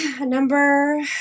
Number